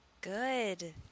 Good